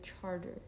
charter